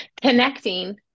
connecting